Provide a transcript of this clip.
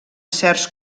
certs